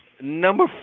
Number